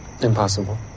impossible